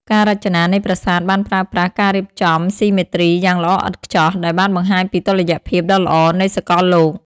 ការរចនានៃប្រាសាទបានប្រើប្រាស់ការរៀបចំស៊ីមេទ្រីយ៉ាងល្អឥតខ្ចោះដែលបានបង្ហាញពីតុល្យភាពដ៏ល្អនៃសកលលោក។